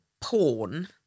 porn